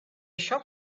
shop